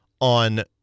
on